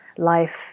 life